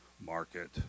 market